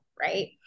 right